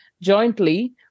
jointly